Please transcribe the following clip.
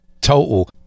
total